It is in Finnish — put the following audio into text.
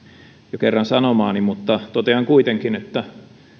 jo kerran sanomaani mutta totean kuitenkin että